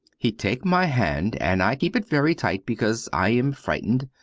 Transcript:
he take my hand and i keep it very tight because i am frighten.